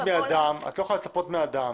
את לא יכולה לצפות מאדם